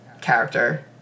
character